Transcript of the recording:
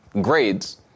grades